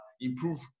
improve